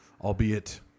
albeit